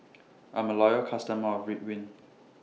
I'm A Loyal customer of Ridwind